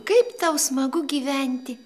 kaip tau smagu gyventi